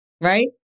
Right